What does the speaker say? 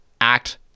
act